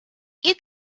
you